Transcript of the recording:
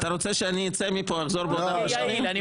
אז אתה רוצה שאני אצא מפה ואחזור בעוד ארבע שנים?